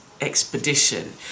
expedition